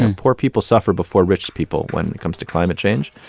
and poor people suffer before rich people when it comes to climate change.